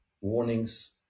warnings